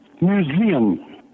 Museum